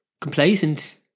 complacent